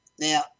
now